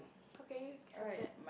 okay you can have that